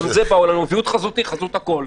גם אז אמרו לנו שוויעוד חזותי הוא חזות הכול.